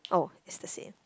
oh it's the same